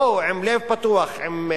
בואו עם לב פתוח, עם,